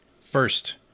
First